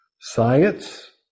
Science